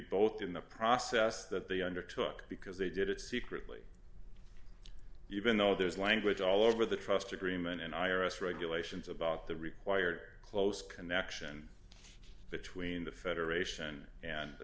both in the process that they undertook because they did it secretly even though there's language all over the trustee agreement and i r s regulations about the required close connection between the federation and the